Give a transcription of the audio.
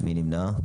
מי נמנע?